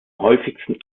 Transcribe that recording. häufigsten